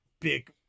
big